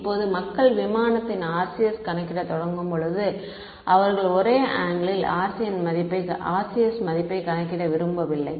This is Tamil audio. இப்போது மக்கள் விமானத்தின் RCS கணக்கிடத் தொடங்கும்போது அவர்கள் ஒரே ஆங்கிளில் RCS இன் மதிப்பை கணக்கிட விரும்பவில்லை